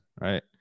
right